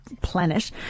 planet